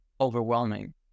overwhelming